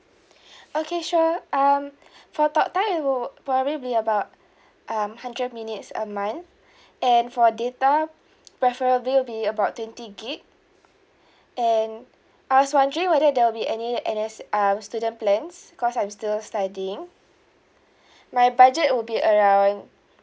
okay sure um for talk time it will probably be about um hundred minutes a month and for data preferably will be about twenty gig and I was wondering whether there will be any N_S uh student plans cause I'm still studying my budget would be around